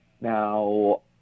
Now